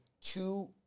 Two